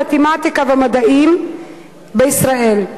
במתמטיקה ובמדעים בישראל.